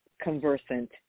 conversant